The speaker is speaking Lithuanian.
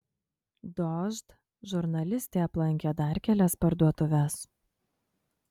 dožd žurnalistė aplankė dar kelias parduotuves